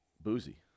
boozy